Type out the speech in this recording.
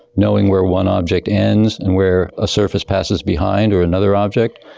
knowing where one object ends and where a surface passes behind or another object.